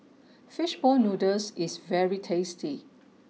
Fish Ball Noodles is very tasty